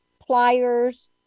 pliers